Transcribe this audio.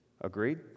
Agreed